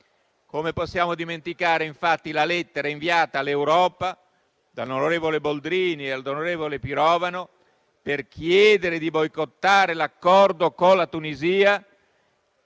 Come possiamo dimenticare, infatti, la lettera inviata all'Europa dall'onorevole Boldrini all'onorevole Pirovano per chiedere di boicottare l'Accordo con la Tunisia,